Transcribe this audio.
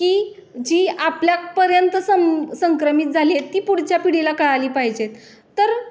की जी आपल्यापर्यंत सं संक्रमित झाली आहे ती पुढच्या पिढीला काळाली पाहिजेत तर